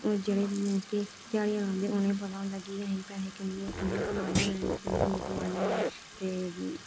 जेह्ड़े मींस कि ध्याड़ियां लांदे उ'नेंगी पता होंदा ऐ कि अहें पैहे कि'यां कमाने होन्ने ते कि'यां नेईं कमाने होन्ने ते